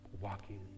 walking